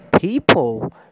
People